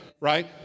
right